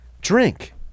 Drink